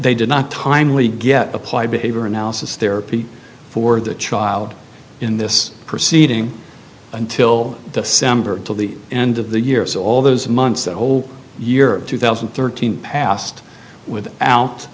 they did not timely yet applied behavior analysis therapy for the child in this proceeding until december till the end of the year so all those months that whole year two thousand and thirteen passed with